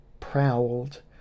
prowled